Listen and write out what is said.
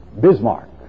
Bismarck